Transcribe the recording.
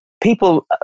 people